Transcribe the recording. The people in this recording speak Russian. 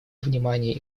внимания